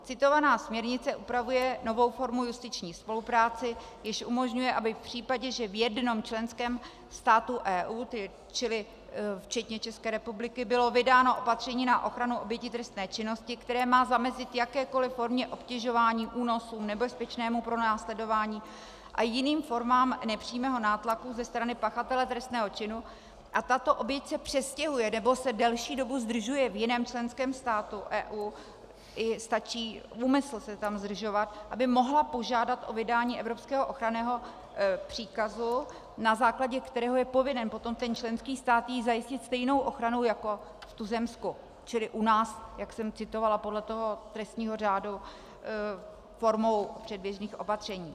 Citovaná směrnice upravuje novou formu justiční spolupráce, jež umožňuje, aby v případě, že v jednom členském státu EU, čili včetně ČR, bylo vydáno opatření na ochranu oběti trestné činnosti, které má zamezit jakékoliv formě obtěžování, únosu, nebezpečnému pronásledování a jiným formám nepřímého nátlaku ze strany pachatele trestného činu, a tato oběť se přestěhuje nebo delší dobu se zdržuje v jiném členském státu EU, i stačí úmysl se tam zdržovat, aby mohla požádat o vydání evropského ochranného příkazu, na základě kterého je povinen potom ten členský stát jí zajistit stejnou ochranu jako v tuzemsku, čili u nás, jak jsem citovala, podle trestního řádu formou předběžných opatření.